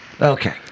Okay